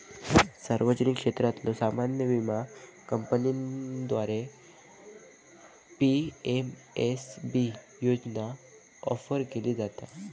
सार्वजनिक क्षेत्रातल्यो सामान्य विमा कंपन्यांद्वारा पी.एम.एस.बी योजना ऑफर केली जाता